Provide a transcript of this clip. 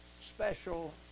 special